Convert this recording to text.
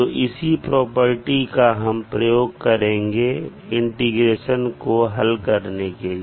तो इसी प्रॉपर्टी का हम प्रयोग करेंगे इंटीग्रेशन को हल करने के लिए